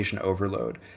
overload